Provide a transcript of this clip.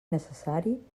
necessari